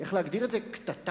איך להגדיר את זה, קטטה?